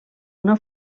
una